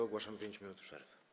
Ogłaszam 5 minut przerwy.